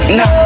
no